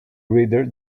reader